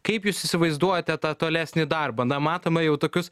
kaip jūs įsivaizduojate tą tolesnį darbą na matome jau tokius